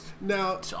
now